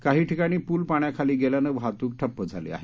काही ठिकाणी पूल पाण्याखाली गेल्यानं वाहतूक ठप्प झाली आहे